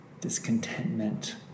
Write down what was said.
discontentment